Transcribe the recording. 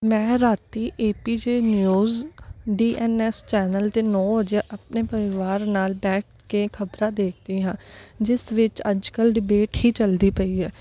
ਮੈਂ ਰਾਤੀ A P J news D N S channel 'ਤੇ ਨੌ ਵਜੇ ਆਪਣੇ ਪਰਿਵਾਰ ਨਾਲ ਬੈਠ ਕੇ ਖਬਰਾਂ ਦੇਖਦੀ ਹਾਂ ਜਿਸ ਵਿੱਚ ਅੱਜ ਕੱਲ੍ਹ ਡਿਬੇਟ ਹੀ ਚੱਲਦੀ ਪਈ ਹੈ